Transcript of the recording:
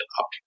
up